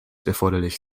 erforderlich